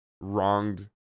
wronged